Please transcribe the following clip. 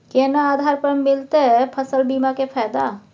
केना आधार पर मिलतै फसल बीमा के फैदा?